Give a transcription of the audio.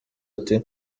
ati